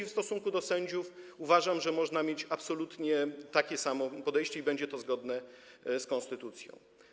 W stosunku do sędziów, uważam, można mieć absolutnie takie samo podejście i będzie to zgodne z konstytucją.